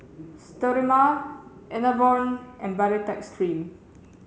Sterimar Enervon and Baritex Cream